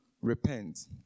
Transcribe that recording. repent